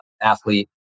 athlete